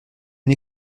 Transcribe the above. une